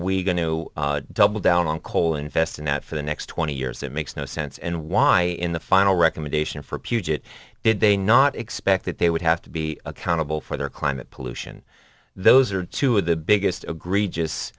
we going to double down on coal invest in that for the next twenty years that makes no sense and why in the final recommendation for puget did they not expect that they would have to be accountable for their climate pollution those are two of the biggest agree just